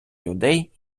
людей